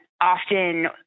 often